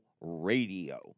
radio